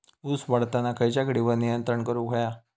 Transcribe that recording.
ऊस वाढताना खयच्या किडींवर नियंत्रण करुक व्हया?